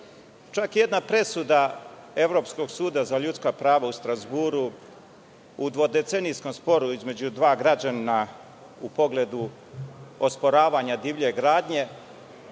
jedna presuda Evropskog suda za ljudska prava u Strazburu u dvodecenijskom sporu između dva građanina u pogledu osporavanja divlje gradnje,